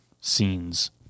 scenes